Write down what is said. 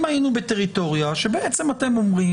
אם היינו בטריטוריה שבעצם אתם אומרים